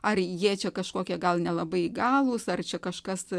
ar jie čia kažkokie gal nelabai įgalūs ar čia kažkas